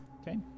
okay